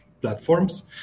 platforms